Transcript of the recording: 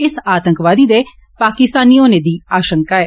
इस आतंकवादी दे पाकिस्तानी होने दी आषंका ऐ